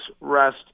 rest